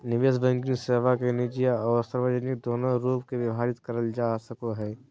निवेश बैंकिंग सेवा के काम निजी आर सार्वजनिक दोनों रूप मे विभाजित करल जा सको हय